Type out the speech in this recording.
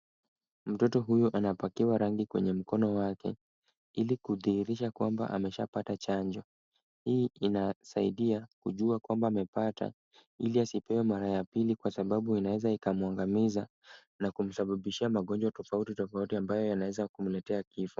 Mtoto huyu anapakiwa rangi kwenye mkono wake ili kudhihirisa kwamba ameshapata chanjo. Hii inasaidia kujua kwamba amepata ili asipewe mara ya pili kwasababu inaweza ikamwangamiza na kumsababishia magonjwa tofauti tofauti ambayo yanaweza kumletea kifo.